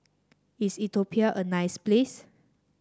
is Ethiopia a nice place